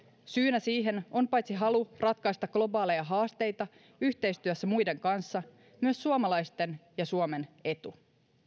syynä siihen on paitsi halu ratkaista globaaleja haasteita yhteistyössä muiden kanssa myös suomalaisten ja suomen etu